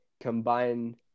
combine